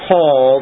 Paul